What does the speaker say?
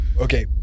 okay